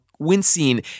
wincing